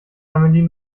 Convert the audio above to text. amelie